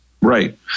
Right